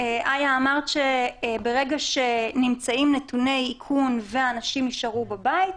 נאמר שברגע שנמצאים נתוני איכון ואנשים נשארו בבית,